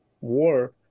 war